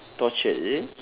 tortured is it